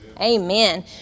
Amen